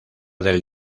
del